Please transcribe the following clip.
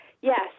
Yes